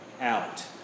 out